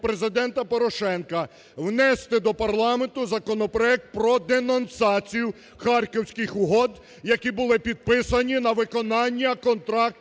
Президента Порошенка внести до парламенту законопроект про денонсацію Харківських угод, які були підписані на виконання контракту